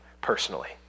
personally